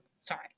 sorry